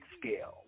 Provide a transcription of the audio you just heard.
scale